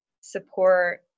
support